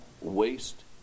waste